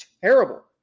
Terrible